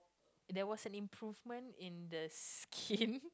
that was an improvement in the skin